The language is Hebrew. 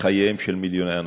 וחייהם של מיליוני אנשים.